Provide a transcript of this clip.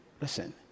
listen